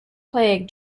plague